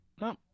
No